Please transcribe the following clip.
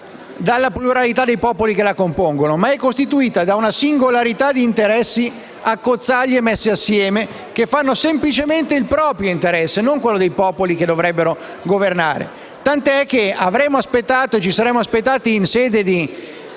dalla pluralità dei popoli che la compongono, ma è costituita da una singolarità di interessi, accozzaglie messe assieme, che fanno semplicemente il proprio interesse, non quello dei popoli che dovrebbero governare. Tant'è che ci saremmo aspettati, in sede di